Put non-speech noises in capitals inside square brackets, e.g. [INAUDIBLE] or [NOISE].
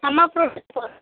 ಅಮ್ಮ ಫ್ರೂಟ್ [UNINTELLIGIBLE]